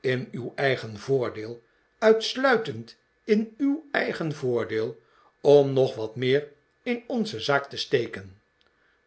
in uw eigen voordeel uitsluitend in uw eigen voordeel om nog wat meer in onze zaak te steken